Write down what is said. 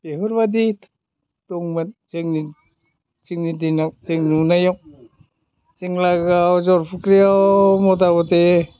बेफोरबायदि दंमोन जोंनि दिनाव जों नुनायाव जों लागोआव जरफुख्रियाव मथा मथि